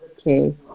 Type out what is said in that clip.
okay